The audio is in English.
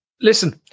Listen